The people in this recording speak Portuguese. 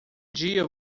dia